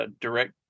direct